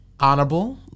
Honorable